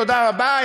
תודה רבה,